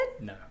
No